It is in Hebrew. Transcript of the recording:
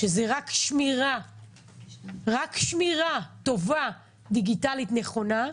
שזאת רק שמירה טובה דיגיטלית נכונה,